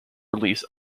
release